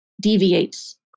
deviates